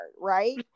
Right